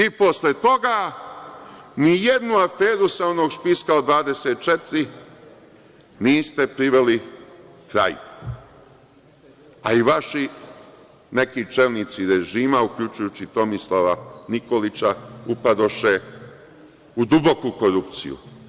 I posle toga, nijednu aferu sa onog spiska od 24 niste priveli kraju, a i vaši neki čelnici režima, uključujući i Tomislava Nikolića upadoše u duboku korupciju.